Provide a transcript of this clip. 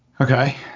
Okay